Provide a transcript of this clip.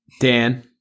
Dan